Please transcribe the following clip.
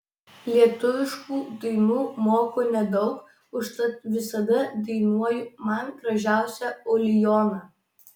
lietuviškų dainų moku nedaug užtat visada dainuoju man gražiausią ulijoną